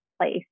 place